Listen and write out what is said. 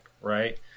right